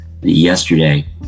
yesterday